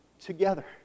together